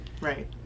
right